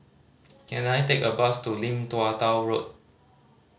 can I take a bus to Lim Tua Tow Road